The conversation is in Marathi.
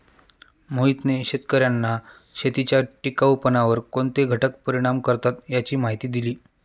मोहितने शेतकर्यांना शेतीच्या टिकाऊपणावर कोणते घटक परिणाम करतात याची माहिती दिली